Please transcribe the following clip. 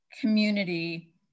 community